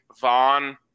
Vaughn